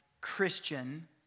Christian